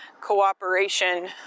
cooperation